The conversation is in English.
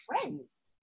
friends